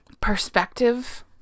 perspective